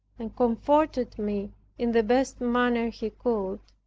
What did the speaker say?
and comforted me in the best manner he could,